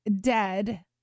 dead